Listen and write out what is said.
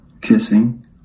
kissing